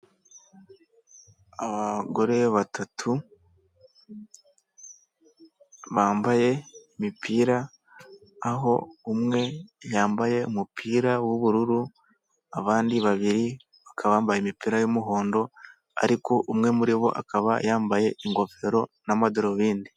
Abagore batatu bambaye imipira, aho umwe yambaye umupira w'ubururu abandi babiri bakaba bambaye imipira y'umuhondo, ariko umwe muri bo akaba yambaye ingofero n'amadarubindi.